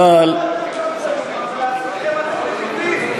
עלינו אתם קמצנים, אבל לעצמכם אתם נדיבים.